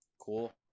Cool